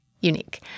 unique